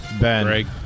Ben